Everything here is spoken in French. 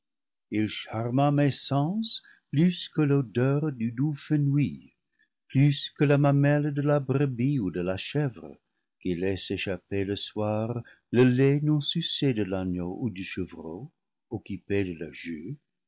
charma mes sens plus que l'odeur du doux fenouil plus que la mamelle de la brebis ou de la chèvre qui laisse échapper le soir le lait non sucé de l'agneau ou du chevreau occupés de leurs jeux